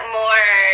more